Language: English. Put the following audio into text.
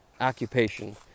occupation